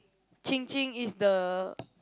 Qing Qing is the